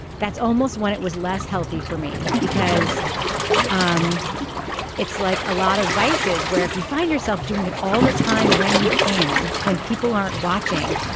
that's almost when it was less healthy for me because um it's like a lot of vices where if you find yourself doing it all the time when you can when people aren't watching,